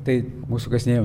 tai mūsų kasinėjimai